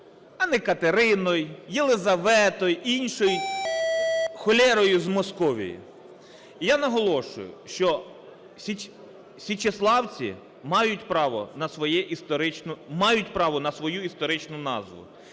А не Катериною, Єлизаветою, іншою холерою з Московії. І я наголошую, що січеславці мають право на свою історичну назву.